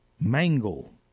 mangle